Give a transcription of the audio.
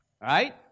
right